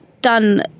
done